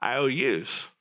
IOUs